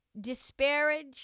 disparage